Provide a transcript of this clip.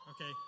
Okay